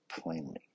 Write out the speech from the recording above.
plainly